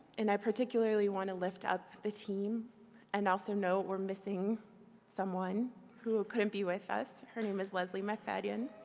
and i particularly want to lift up the team and also note we're missing someone who couldn't be with us. her name is leslie mac mcfaddin.